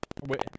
wait